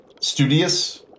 studious